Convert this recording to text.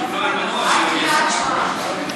עד קריאת שמע.